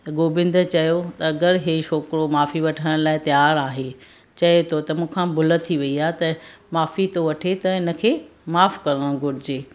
त गोबिंद चयो अगरि हे छोकिरो माफ़ी वठण लाइ तियारु आहे चए थो त मूंखां भुल थी वई आहे त माफ़ी थो वठे त हिन खे माफ़ु करिणो घुरिजे